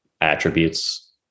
attributes